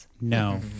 No